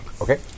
Okay